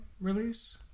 release